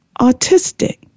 autistic